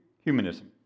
Humanism